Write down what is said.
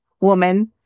woman